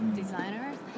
designers